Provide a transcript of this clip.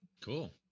cool